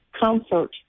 comfort